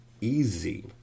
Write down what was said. easy